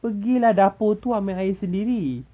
pergi lah dapur tu ambil air sendiri